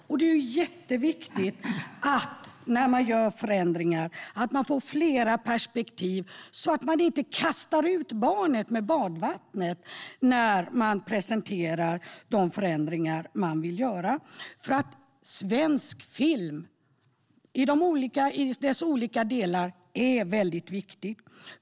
När man genomför förändringar är det jätteviktigt att ta in flera perspektiv så att man inte kastar ut barnet med badvattnet när man presenterar förändringarna. Svensk film i dess olika delar är väldigt viktig.